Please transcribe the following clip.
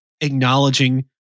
acknowledging